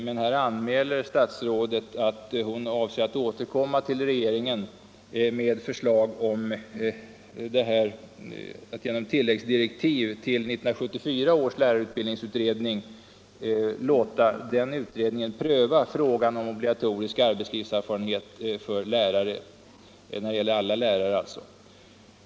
Men här anmäler statsrådet att hon avser att återkomma till regeringen med förslag att genom tilläggsdirektiv till 1974 års lärarutbildningsutredning låta denna utredning pröva frågan om obligatorisk arbetslivserfarenhet i all lärarutbildning.